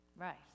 Right